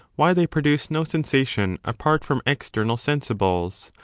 why they produce no sensation apart from external sensibles,